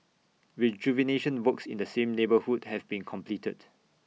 rejuvenation works in the same neighbourhood have been completed